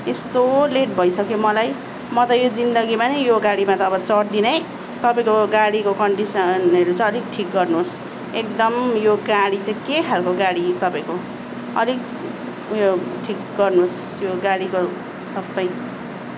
यस्तो लेट भइसक्यो मलाई म त यो जिन्दगीमा नि यो गाडीमा त अब चढ्दिनै तपाईँको गाडीको कन्डिसनहरू चाहिँ अलिक ठिक गर्नुहोस् एकदम यो गाडी चाहिँ के खालको गाडी तपाईँको अलिक उयो ठिक गर्नुस् यो गाडीको सबै